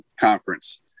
conference